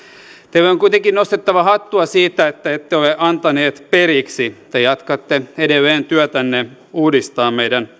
teille on kuitenkin nostettava hattua siitä että ette ole antanut periksi te jatkatte edelleen työtänne uudistaa meidän